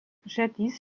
jadis